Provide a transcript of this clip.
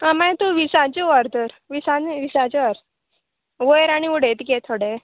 आं मागीर तूं विसाचें व्हर तर विसान विसाचें व्हर वयर आनी उडयता गे थोडें